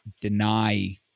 deny